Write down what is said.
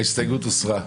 ההסתייגות הוסרה.